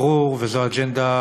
ברור, וזו אג'נדה